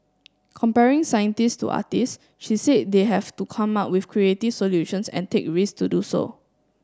comparing scientist to artist she said they have to come up with creative solutions and take risk to do so